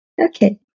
Okay